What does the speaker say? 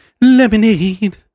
Lemonade